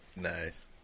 Nice